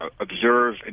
observe